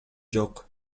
жок